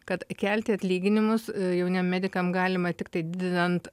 kad kelti atlyginimus jauniem medikam galima tiktai didinant